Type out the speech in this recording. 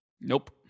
Nope